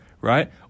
right